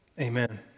Amen